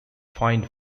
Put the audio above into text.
find